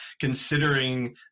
considering